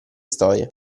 storie